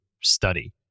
study